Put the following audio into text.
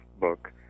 book